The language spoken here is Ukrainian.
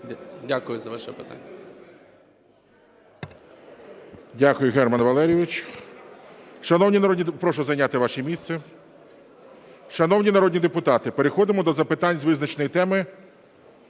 Дякую за ваше питання.